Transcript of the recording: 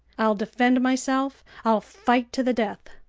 i'll defend myself, i'll fight to the death.